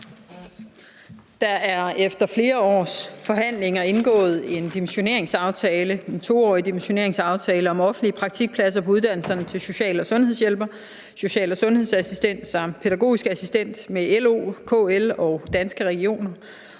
Der er efter flere års forhandlinger indgået en 2-årig dimensioneringsaftale om offentlige praktikpladser på uddannelserne til social- og sundhedshjælper, social- og sundhedsassistent og pædagogisk assistent med LO, KL og Danske Regioner.